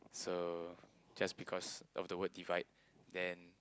so just because of the word divide then